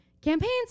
campaigns